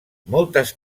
moltes